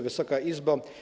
Wysoka Izbo!